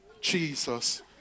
Jesus